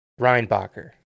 Reinbacher